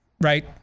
right